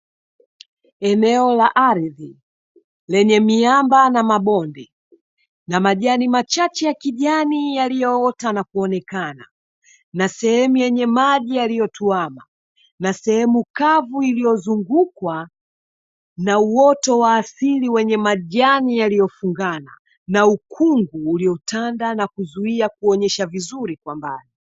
Eneo la ardhi lenye miamba, na mabonde na majani machache ya kijani yaliyoota na kuonekana, na sehemu yenye maji yaliyotuama, na sehemu kavu iliyozungukwa na uoto wa asili wenye majani yaliyofungana, na ukungu uliotanda na kuzuia kuonyesha vizuri kwa mbali.